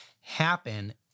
happen